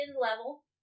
level